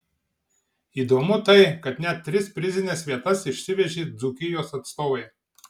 įdomu tai kad net tris prizines vietas išsivežė dzūkijos atstovai